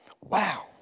wow